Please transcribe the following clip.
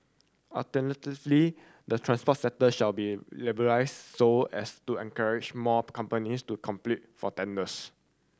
alternatively the transport sector shall be liberalised so as to encourage more companies to compete for tenders